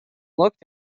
looked